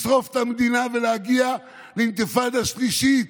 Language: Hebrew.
לשרוף את המדינה ולהגיע לאינתיפאדה שלישית